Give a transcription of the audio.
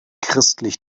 christlich